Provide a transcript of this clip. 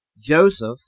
Joseph